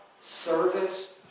service